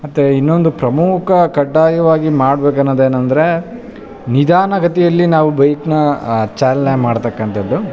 ಮತ್ತು ಇನ್ನೊಂದು ಪ್ರಮುಖ ಕಡ್ಡಾಯವಾಗಿ ಮಾಡ್ಬೇಕು ಅನ್ನೊದೇನಂದರೆ ನಿಧಾನಗತಿಯಲ್ಲಿ ನಾವು ಬೈಕ್ನ ಚಾಲನೆ ಮಾಡ್ತಕಂಥದ್ದು